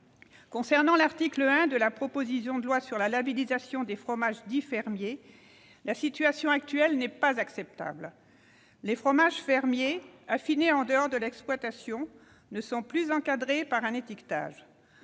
sujet. L'article 1 de la proposition de loi porte sur la labellisation des fromages dits « fermiers », la situation actuelle n'étant pas acceptable. Les fromages fermiers affinés en dehors de l'exploitation ne sont plus encadrés par un étiquetage.